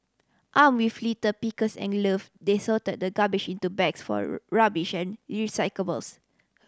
arm with litter pickers and glove they sorted the garbage into bags for recyclables